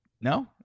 no